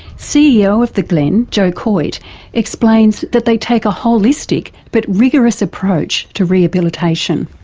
ceo of the glen, joe coyte explains that they take a holistic but rigorous approach to rehabilitation.